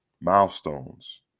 milestones